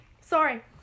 Sorry